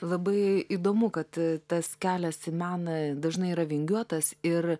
labai įdomu kad tas kelias į meną dažnai yra vingiuotas ir